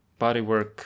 bodywork